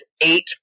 eight